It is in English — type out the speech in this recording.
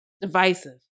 Divisive